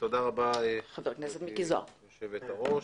תודה רבה, גברתי יושבת-הראש.